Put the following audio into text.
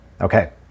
Okay